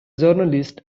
journalist